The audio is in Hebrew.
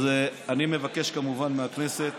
אז אני מבקש כמובן מהכנסת